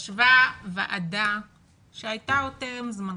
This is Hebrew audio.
ישבה ועדה שהייתה עוד טרם זמנך,